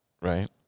right